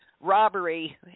robbery